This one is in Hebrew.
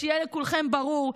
שיהיה לכולכם ברור,